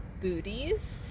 booties